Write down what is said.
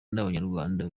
n’abanyarwanda